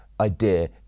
idea